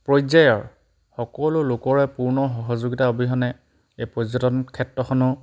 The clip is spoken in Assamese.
পৰ্যায়ৰ সকলো লোকৰে পূৰ্ণ সহযোগিতা অবিহনে এই পৰ্যটন ক্ষেত্ৰখনো